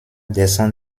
descend